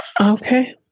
Okay